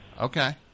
Okay